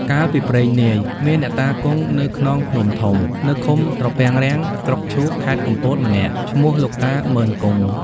កាលពីព្រេងនាយ មានអ្នកតាគង់នៅខ្នងភ្នំធំ នៅឃុំត្រពាំងរាំង ស្រុកឈូក ខេត្តកំពតម្នាក់ ឈ្មោះលោកតាម៉ឺន-គង់។